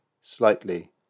slightly